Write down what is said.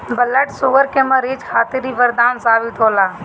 blood sugar के मरीज खातिर इ बरदान साबित होला